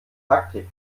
taktik